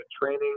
training